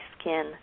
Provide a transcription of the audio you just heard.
skin